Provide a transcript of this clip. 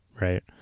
right